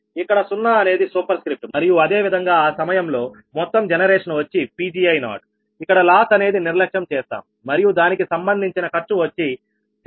ఇక్కడ 0 అనేది superscript మరియు అదే విధంగా ఆ సమయంలో మొత్తం జనరేషన్ వచ్చి Pgi0ఇక్కడ లాస్ అనేది నిర్లక్ష్యం చేస్తాం మరియు దానికి సంబంధించిన ఖర్చు వచ్చి CT0